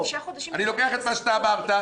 אני לוקח את מה שאמרת,